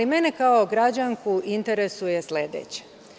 Mene kao građanku interesuje sledeće.